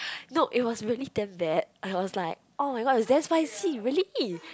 no it was really damn bad I was like [oh]-my-god it's damn spicy really